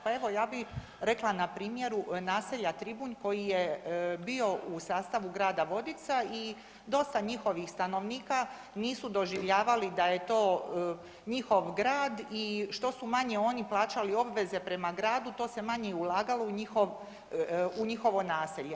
Pa evo ja bih rekla na primjeru naselja Tribunj koji je bio u sastavu Grada Vodica i dosta njihovih stanovnika nisu doživljavali da je to njihov grad i što su manje oni plaćali obveze prema gradu to se i manje ulagalo u njihovo naselje.